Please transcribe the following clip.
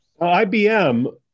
IBM